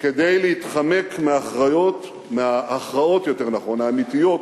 כדי להתחמק מהאחריות, מההכרעות האמיתיות